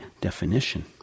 definition